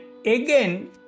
again